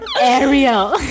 Ariel